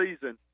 season